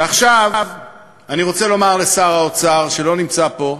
ועכשיו אני רוצה לומר לשר האוצר שלא נמצא פה,